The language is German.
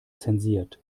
zensiert